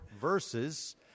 verses